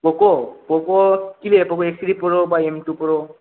Poco Poco কি নেবে Poco X three Pro বা এমটু প্রো